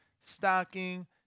stocking